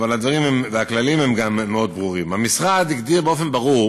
אבל הדברים והכללים הם גם מאוד ברורים: המשרד הגדיר באופן ברור